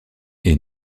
est